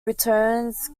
returns